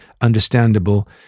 understandable